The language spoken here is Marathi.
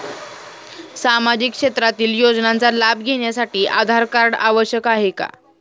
सामाजिक क्षेत्रातील योजनांचा लाभ घेण्यासाठी आधार कार्ड आवश्यक आहे का?